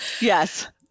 Yes